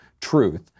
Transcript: truth